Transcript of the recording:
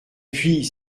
puis